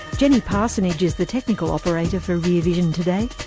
jenny parsonage is the technical operator for rear vision today.